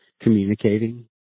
communicating